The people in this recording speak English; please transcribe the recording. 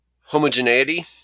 homogeneity